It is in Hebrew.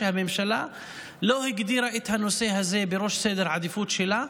שהממשלה לא הגדירה את הנושא הזה בראש סדר העדיפות שלה,